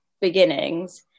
beginnings